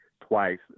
twice